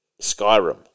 Skyrim